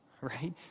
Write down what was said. right